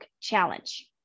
challenge